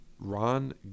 Ron